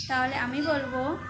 তাহলে আমি বলবো